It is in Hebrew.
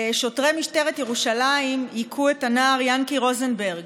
שוטרי משטרת ירושלים הכו את הנער יענקי רוזנברג,